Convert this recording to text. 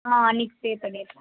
ஆ அன்னைக்கு பே பண்ணிடுறோம்